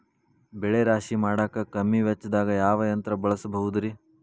ಬೆಳೆ ರಾಶಿ ಮಾಡಾಕ ಕಮ್ಮಿ ವೆಚ್ಚದಾಗ ಯಾವ ಯಂತ್ರ ಬಳಸಬಹುದುರೇ?